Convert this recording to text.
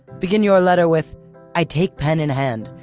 begin your letter with i take pen in hand.